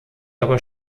aber